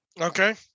Okay